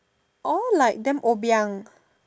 all like damn obiang